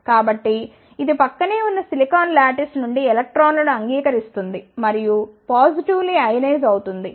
కాబట్టి ఇది ప్రక్కనే ఉన్న సిలికాన్ లాటిస్ నుండి ఎలక్ట్రాన్లను అంగీకరిస్తుంది మరియు పాజిటివ్ లీ అయనైజ్ అవుతుంది